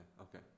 okay